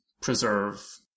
preserve